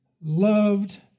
loved